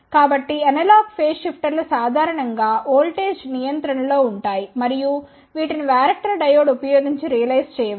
కాబట్టి analog phase షిఫ్టర్లు సాధారణం గా ఓల్టేజ్ నియంత్రణ లో ఉంటాయి మరియు వీటిని వ్యారక్టర్ డయోడ్ ఉపయోగించి రియలైజ్ చేయవచ్చు